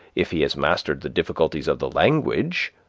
if he has mastered the difficulties of the language,